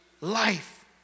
life